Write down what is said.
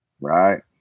right